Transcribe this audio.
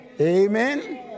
Amen